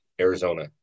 arizona